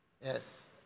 Yes